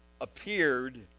appeared